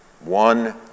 One